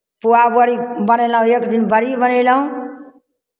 पुआ बड़ी बनयलहुँ एक दिन बड़ी बनयलहुँ